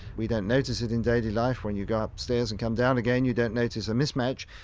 we don't notice it in daily life. when you go upstairs and come down again, you don't notice a mismatch,